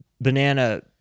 banana